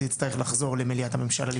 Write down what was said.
זה יצטרך לחזור למליאת הממשלה.